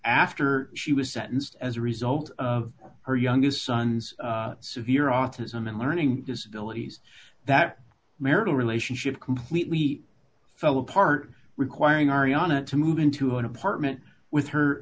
after she was sentenced as a result of her youngest son's severe autism and learning disabilities that marital relationship completely fell apart requiring ariana to move into an apartment with her